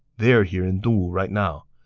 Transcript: they're here in dongwu right now.